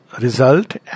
result